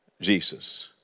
Jesus